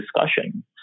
discussion